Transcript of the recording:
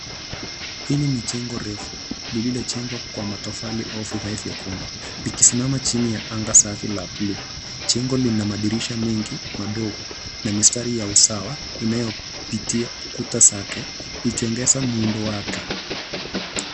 Hili ni jengo refu lililojengwa kwa matofali au vigae vya kuundwa, likisimama chini ya anga safi ya bluu. Jengo lina madirisha mengi madogo na mistari ya usawa inayopitia kuta zake, ikiongeza muundo wake.